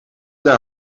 daar